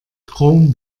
chrome